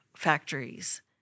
Factories